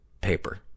paper